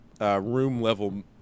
room-level